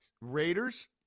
Raiders